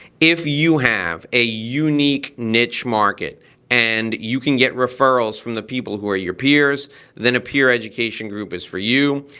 if you have a unique niche market and you can get referrals from the people who are your peers then a peer education group is for you.